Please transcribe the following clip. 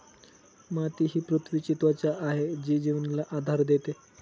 माती ही पृथ्वीची त्वचा आहे जी जीवनाला आधार देते